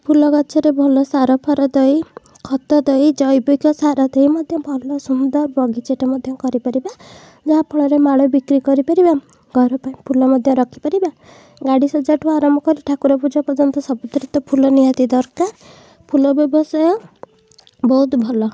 ଫୁଲ ଗଛରେ ଭଲ ସାରଫାର ଦେଇ ଖତ ଦେଇ ଜୈବିକ ସାର ଦେଇ ମଧ୍ୟ ଭଲ ସୁନ୍ଦର ବଗିଚାଟେ ମଧ୍ୟ କରିପାରିବା ଯାହାଫଳରେ ମାଳ ବିକ୍ରି କରିପାରିବା ଘର ପାଇଁ ଫୁଲ ମଧ୍ୟ ରଖିପାରିବା ଗାଡ଼ି ସଜାଠାରୁ ଆରମ୍ଭ କରି ଠାକୁର ପୂଜା ପର୍ଯ୍ୟନ୍ତ ସବୁଥିରେ ତ ଫୁଲ ନିହାତି ଦରକାର ଫୁଲ ବ୍ୟବସାୟ ବହୁତ ଭଲ